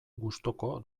gustuko